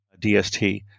DST